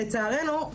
לצערנו,